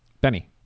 Benny